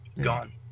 gone